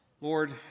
Lord